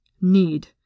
Need